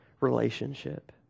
relationship